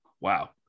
wow